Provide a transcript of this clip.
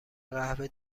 قهوه